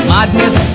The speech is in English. Madness